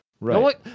Right